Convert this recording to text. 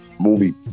movie